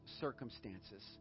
circumstances